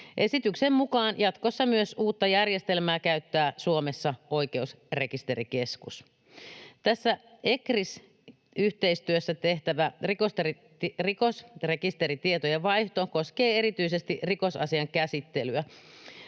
Esityksen mukaan jatkossa myös uutta järjestelmää käyttää Suomessa Oikeusrekisterikeskus. Tässä ECRIS-yhteistyössä tehtävä rikosrekisteritietojen vaihto koskee erityisesti rikosasian käsittelyä.